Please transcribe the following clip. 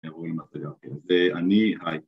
‫אנחנו רואים את זה, אוקיי? ‫אני, היי.